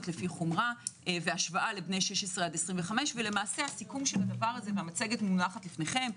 לפי חומרה והשוואה לבני 16 עד 25 והמצגת מונחת לפניכם.